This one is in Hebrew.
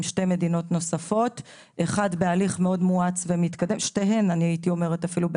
שתי מדינות נוספות שהם בהליך מואץ ומתקדם: עם